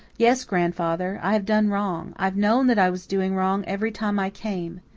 yes, grandfather, i have done wrong i've known that i was doing wrong every time i came.